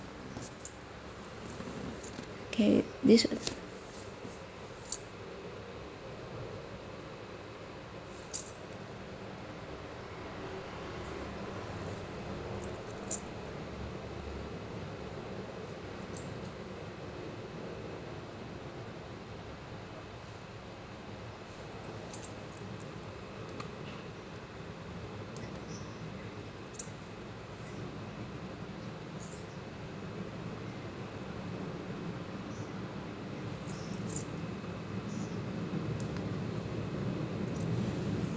okay this